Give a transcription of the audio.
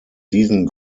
diesen